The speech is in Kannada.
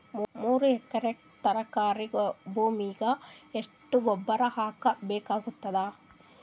ಮೂರು ಎಕರಿ ತರಕಾರಿ ಭೂಮಿಗ ಎಷ್ಟ ಗೊಬ್ಬರ ಹಾಕ್ ಬೇಕಾಗತದ?